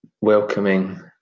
welcoming